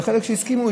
וחלק שהסכימו,